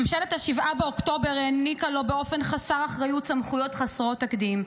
ממשלת 7 באוקטובר העניקה לו באופן חסר אחריות סמכויות חסרות תקדים.